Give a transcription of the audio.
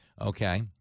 Okay